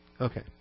Okay